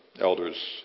elders